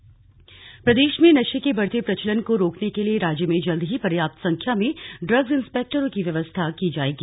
drugs inspector प्रदेश में नशे के बढ़ते प्रचलन को रोकने के लिए राज्य में जल्द पर्याप्त संख्या में ड्रग्स इन्सपेक्टरों की व्यवस्था की जाएगी